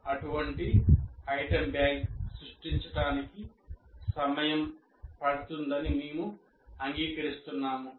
అటువంటి item bank సృష్టించడానికి సమయం పడుతుందని మేము అంగీకరిస్తున్నాము